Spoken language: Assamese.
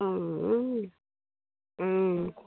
অঁ